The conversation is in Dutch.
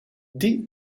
die